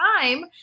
time